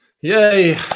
Yay